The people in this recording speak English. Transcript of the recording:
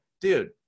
dude